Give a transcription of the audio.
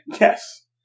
Yes